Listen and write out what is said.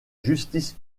justice